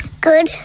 Good